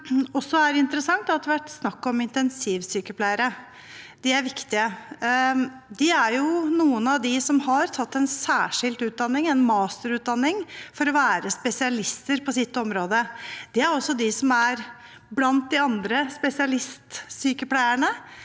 Det som også er interessant, er at det har vært snakk om intensivsykepleiere. De er viktige. De er noen av dem som har tatt en særskilt utdanning, en masterutdanning, for å være spesialister på sitt område. De er også – som de andre spesialistsykepleierne